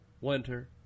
winter